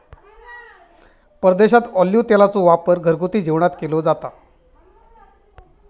परदेशात ऑलिव्ह तेलाचो वापर घरगुती जेवणात केलो जाता